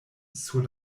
sur